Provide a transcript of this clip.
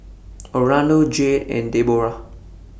Orlando Jade and Deborah